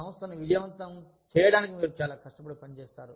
సంస్థను విజయవంతం చేయడానికి మీరు చాలా కష్టపడి పనిచేస్తారు